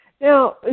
Now